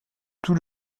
tout